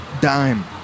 dime